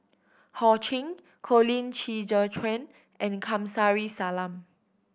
Ho Ching Colin Qi Zhe Quan and Kamsari Salam